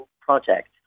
project